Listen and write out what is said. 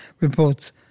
reports